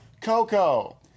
Coco